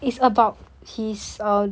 it's about his